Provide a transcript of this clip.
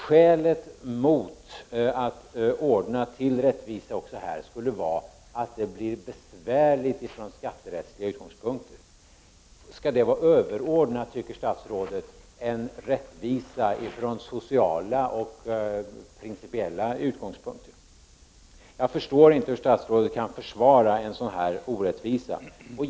Skälet mot att införa rättvisa också här skulle vara att det blir besvärligt från skatterättsliga utgångspunkter. Tycker statsrådet att det skall vara överordnat en rättvisa från sociala och principiella utgångspunkter? Jag förstår inte hur statsrådet kan försvara en sådan här orättvisa.